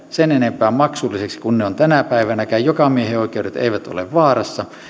sen enempää maksullisiksi kuin ne ovat tänä päivänäkään jokamiehenoikeudet eivät ole vaarassa